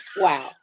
Wow